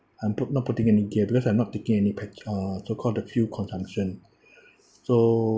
I'm put not putting any gear because I'm not taking any petr~ uh so-called the fuel consumption so